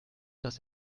dass